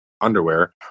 underwear